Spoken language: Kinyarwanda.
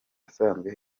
asanzwe